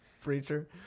Preacher